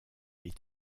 est